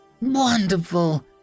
wonderful